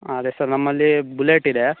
ಹಾಂ ಅದೇ ಸರ್ ನಮ್ಮಲ್ಲಿ ಬುಲೆಟ್ ಇದೆ